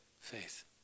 Faith